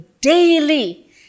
daily